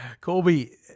Colby